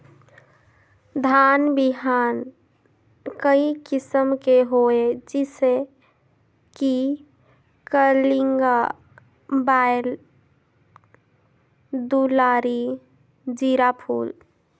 धान बिहान कई किसम के होयल जिसे कि कलिंगा, बाएल दुलारी, जीराफुल?